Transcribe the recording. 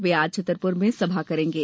वे आज छतरपुर में सभा करेंगे